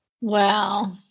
Wow